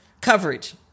coverage